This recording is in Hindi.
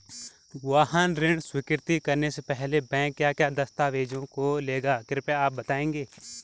वाहन ऋण स्वीकृति करने से पहले बैंक क्या क्या दस्तावेज़ों को लेगा कृपया आप बताएँगे?